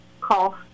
call